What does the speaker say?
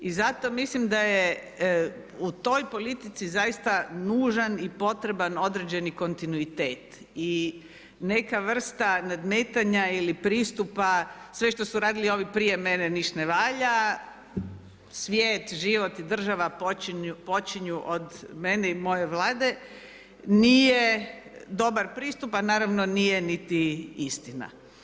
I zato mislim da je u toj politici zaista nužan i potreban određeni kontinuitet i neka vrsta nadmetanja ili pristupa sve što su radili ovi prije mene niš ne valja, svijet, život i država počinju, počinju od mene i moje Vlade nije dobar pristup a naravno nije niti istina.